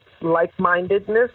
like-mindedness